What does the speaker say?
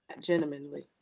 gentlemanly